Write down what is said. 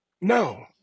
No